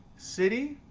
city,